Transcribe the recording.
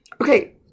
Okay